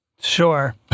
Sure